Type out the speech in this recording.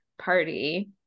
party